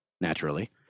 naturally